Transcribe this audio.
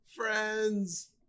friends